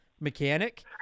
mechanic